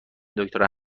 دکترا